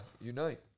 Unite